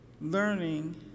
learning